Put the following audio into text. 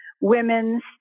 Women's